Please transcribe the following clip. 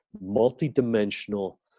multi-dimensional